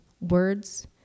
words